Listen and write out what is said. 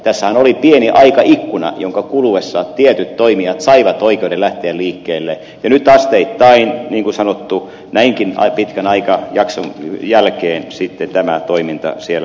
tässähän oli pieni aikaikkuna jonka kuluessa tietyt toimijat saivat oikeuden lähteä liikkeelle ja nyt asteittain niin kuin sanottu näinkin pitkän aikajakson jälkeen tämä toiminta siellä sitten loppuisi